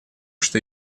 что